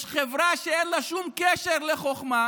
יש חברה שאין לה שום קשר לחוכמה,